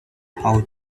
how